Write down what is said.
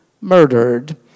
murdered